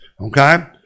okay